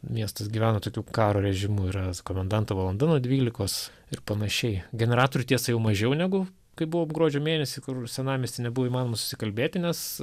miestas gyvena tokiu karo režimu yra komendanto valanda nuo dvylikos ir panašiai generatorių tiesa jau mažiau negu kai buvom gruodžio mėnesį kur senamiesty nebuvo įmanoma susikalbėti nes